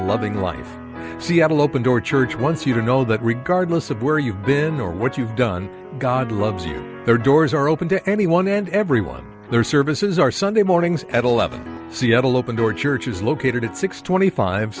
loving like seattle open door church wants you to know that regardless of where you've been or what you've done god loves you there doors are open to anyone and everyone their services are sunday mornings at eleven seattle open door church is located at six twenty five